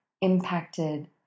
impacted